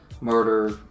murder